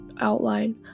outline